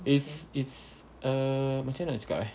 it's it's a macam mana nak cakap eh